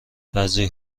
بعضی